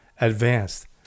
Advanced